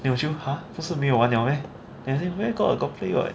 then 我就 !huh! 不是没有玩了 meh then 就 where got got play [what]